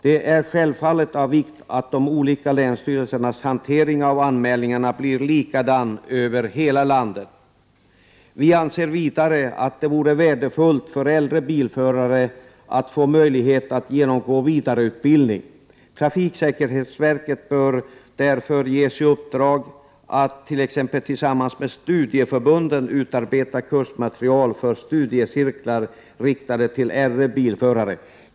Det är självfallet av vikt att de olika länsstyrelsernas hantering av anmälningarna blir likadan över hela landet. Vi anser vidare att det vore värdefullt för äldre bilförare att få möjlighet att — Prot. 1988/89:125 genomgå vidareutbildning. Trafiksäkerhetsverket bör därför ges i uppdrag 31 maj 1989 att, t.ex. tillsammans med studieförbunden, utarbeta kursmaterial för studiecirklar, riktade till äldre bilförare.